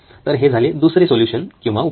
तर हे झाले दुसरे सोल्युशन किंवा उपाय